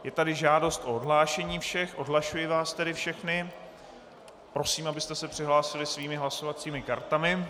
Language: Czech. Je tady žádost o odhlášení všech, odhlašuji vás tedy všechny, prosím, abyste se přihlásili svými hlasovacími kartami.